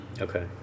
Okay